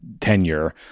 tenure